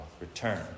return